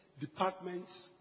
departments